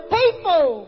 people